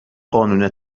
قانون